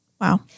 Wow